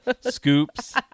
scoops